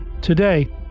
Today